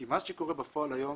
מה שקורה בפועל היום,